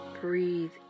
Breathe